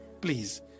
Please